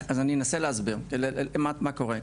אז אני אנסה להסביר מה קורה,